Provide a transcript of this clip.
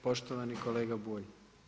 Poštovani kolega Bulj.